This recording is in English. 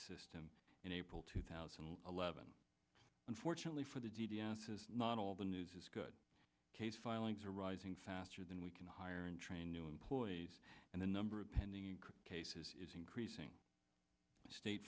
system in april two thousand and eleven unfortunately for the d d s is not all the news is good case filings are rising faster than we can hire and train new employees and the number of pending cases is increasing state